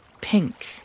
pink